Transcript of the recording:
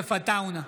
יוסף עטאונה,